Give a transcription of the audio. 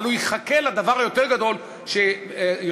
אבל הוא יחכה לדבר היותר-גדול שיושב-ראש